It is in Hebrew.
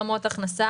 פילוח לפי רמות הכנסה.